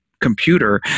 computer